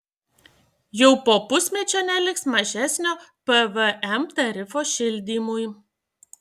jau po pusmečio neliks mažesnio pvm tarifo šildymui